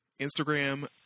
Instagram